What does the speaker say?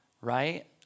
right